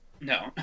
No